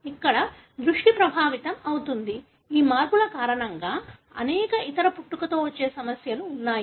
ఇక్కడ దృష్టి ప్రభావితం అవుతుంది ఈ మార్పుల కారణంగా అనేక ఇతర పుట్టుకతో వచ్చే సమస్యలు ఉన్నాయి